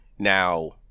Now